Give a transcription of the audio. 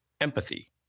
empathy